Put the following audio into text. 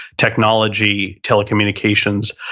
technology, telecommunications.